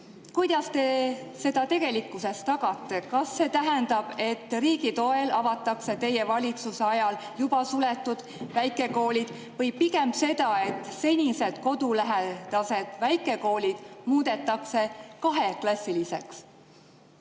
öeldut] tegelikkuses tagate? Kas see tähendab, et riigi toel avatakse teie valitsuse ajal juba suletud väikekoolid, või pigem seda, et senised kodulähedased väikekoolid muudetakse kaheklassiliseks?